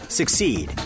succeed